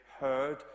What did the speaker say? heard